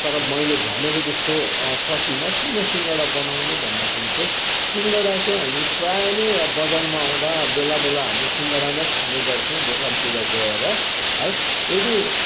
तर मैले भनेको जस्तो सकिनँ किन सिङ्गडा बनाउनु भन्दाखेरि चाहिँ सिङ्गडा चाहिँ हामी प्रायः नै अब बजारमा आउँदा बेला बेला हामी सिङ्गडा नै खाने गर्छौँ दोकानतिर गएर है यदि